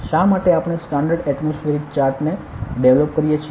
શા માટે આપણે આ સ્ટાન્ડર્ડ એટમોસ્ફિયરિક ચાર્ટ ને ડેવલોપ કરીએ છીએ